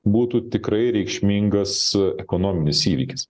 būtų tikrai reikšmingas ekonominis įvykis